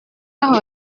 aho